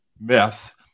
myth